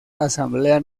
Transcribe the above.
asamblea